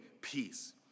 peace